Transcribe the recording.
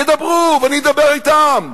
ידברו, ואני אדבר אתם,